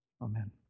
Amen